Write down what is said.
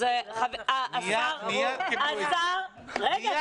השר ---- מיד קיבלו את זה...